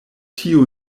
tiu